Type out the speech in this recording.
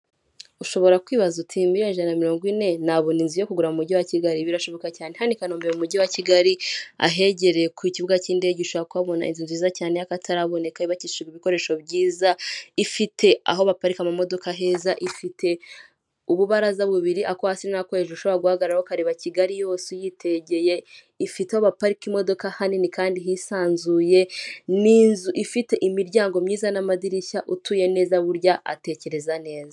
Ushobora kwibaza uti miliyoni ijana na mirongo ine nabona inzu yo kugura umujyi wa kigali? Birashoboka cyane hano i kanombe mu mujyi wa kigali ahegereye ku kibuga cy'indege ushobora kuhabona inzu nziza cyane y'akataraboneka yubakishijwe ibikoresho byiza; ifite aho baparika ama modoka heza, ifite ububaraza bubiri ako hasi nako hejuru ushobora guhagararaho ukareba kigali yose uyitegeye, ifite aho baparika imodoka hanini kandi hisanzuye, ninzu ifite imiryango myiza n'amadirishya utuye neza burya atekereza neza.